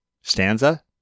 Stanza